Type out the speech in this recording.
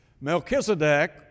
Melchizedek